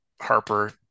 harper